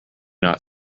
not